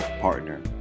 partner